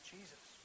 Jesus